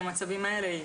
למצבים האלה,